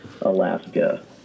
Alaska